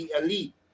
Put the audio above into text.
elite